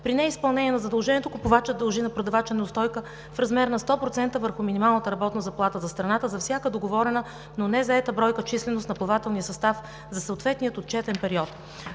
При неизпълнение на задължението купувачът дължи на продавача неустойка в размер на 100% върху минималната работна заплата за страната за всяка договорена, но незаета бройка численост на плавателния състав за съответния отчетен период.